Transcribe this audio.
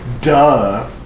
Duh